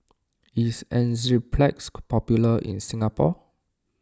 is Enzyplex popular in Singapore